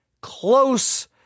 close